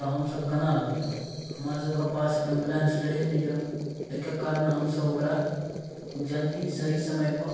तऽ हम सब केना लऽ जाउ हमरा सबके पास एम्बुलेंस रहै नहि यऽ एहिके कारण हमसब ओकरा जल्दी सही समय पर